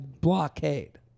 blockade